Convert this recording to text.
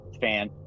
fan